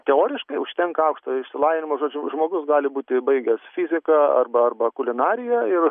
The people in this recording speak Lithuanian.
teoriškai užtenka aukštojo išsilavinimo žodžiu žmogus gali būti baigęs fiziką arba arba kulinariją ir